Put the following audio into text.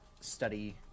study